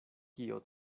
kio